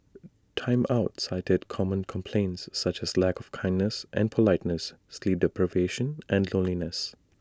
Time Out cited common complaints such as lack of kindness and politeness sleep deprivation and loneliness